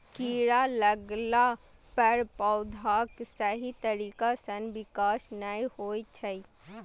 कीड़ा लगला पर पौधाक सही तरीका सं विकास नै होइ छै